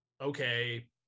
okay